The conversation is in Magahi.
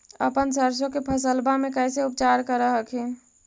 अपन सरसो के फसल्बा मे कैसे उपचार कर हखिन?